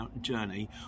journey